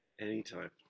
Anytime